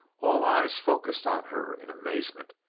all eyes focused on her in amazement.